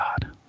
god